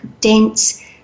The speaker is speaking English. dense